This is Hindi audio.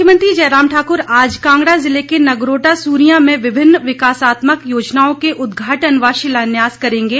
मुख्यमंत्री जयराम ठाकुर आज कांगड़ा जिले के नगरोटा सूरियां में विभिन्न विकासात्मक योजनाओं के उदघाटन व शिलान्यास करेंगे